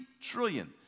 trillion